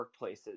workplaces